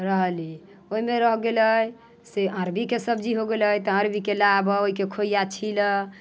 रहली ओहिमे रहि गेलै से अरबीके सब्जी हो गेलै तऽ अरबीके लाबह तऽ ओहिके खोइया छीलह